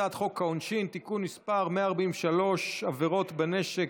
הצעת חוק העונשין (תיקון מס' 143) (עבירות בנשק),